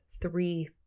three